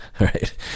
right